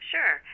Sure